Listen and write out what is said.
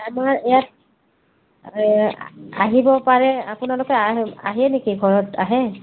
আমাৰ ইয়াত আহিব পাৰে আপোনালোকে আহে আহে নেকি ঘৰত আহে